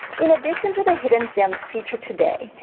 in addition to the hidden gems featured today,